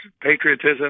patriotism